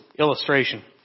Illustration